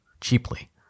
cheaply